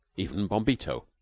even bombito.